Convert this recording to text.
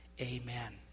Amen